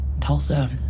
Tulsa